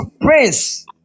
Prince